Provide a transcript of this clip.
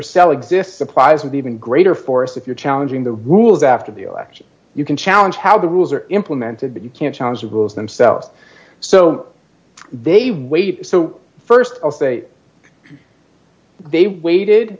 cell exists applies with even greater force if you're challenging the rules after the election you can challenge how the rules are implemented but you can't challenge the rules themselves so they wait so st i'll say they waited